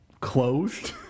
closed